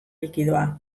likidoa